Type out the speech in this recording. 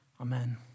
Amen